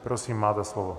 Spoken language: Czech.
Prosím, máte slovo.